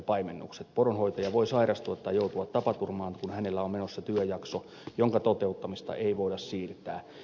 poronhoitaja voi sairastua tai joutua tapaturmaan kun hänellä on menossa työjakso jonka toteuttamista ei voida siirtää